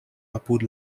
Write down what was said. apud